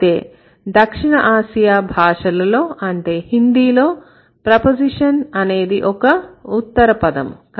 అయితే దక్షిణ ఆసియా భాషలలో అంటే హిందీ లో ప్రపోజిషన్ అనేది ఒక ఉత్తర పదము